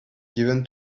given